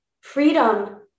Freedom